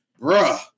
bruh